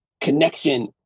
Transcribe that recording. connection